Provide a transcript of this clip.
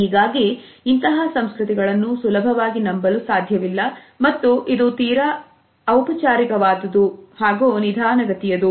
ಹೀಗಾಗಿ ಇಂತಹ ಸಂಸ್ಕೃತಿಗಳನ್ನು ಸುಲಭವಾಗಿ ನಂಬಲು ಸಾಧ್ಯವಿಲ್ಲ ಮತ್ತು ಇದು ತೀರಾ ಔಪಚಾರಿಕ ವಾದುದು ಹಾಗೂ ನಿಧಾನಗತಿಯದು